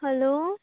hello